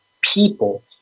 people